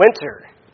winter